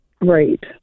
Right